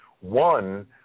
One